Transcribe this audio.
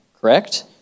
correct